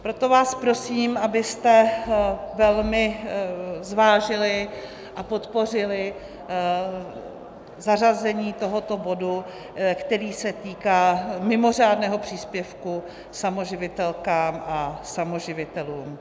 Proto vás prosím, abyste velmi zvážili a podpořili zařazení tohoto bodu, který se týká mimořádného příspěvku samoživitelkám a samoživitelům.